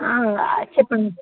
చెప్పండి